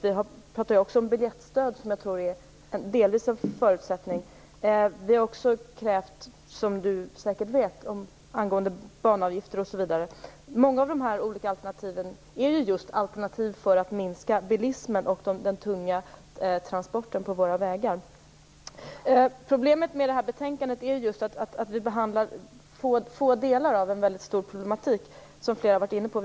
Vi talar om biljettstöd som en förutsättning. Vi har ställt krav, som Elisa Abascal Reyes säkert vet, angående banavgifter, osv. Många av dessa alternativ är just alternativ för att minska bilismen och de tunga transporterna på våra vägar. Problemet med debatten med anledning av det här betänkandet är att det handlar om två delar av en väldigt stor problematik, som flera har varit inne på.